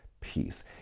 peace